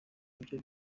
ibyo